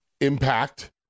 impact